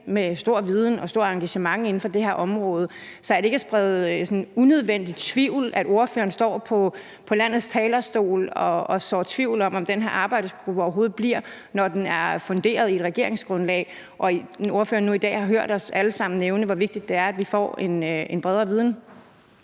med stor viden og stort engagementet inden for det her område, så er det ikke at sprede unødvendig tvivl, når ordføreren står på Folketingets talerstol og sår tvivl om, om den her arbejdsgruppe overhovedet bliver til noget, når den er funderet i et regeringsgrundlag, og når ordføreren nu i dag har hørt os alle sammen nævne, hvor vigtigt det er, at vi får en bredere viden?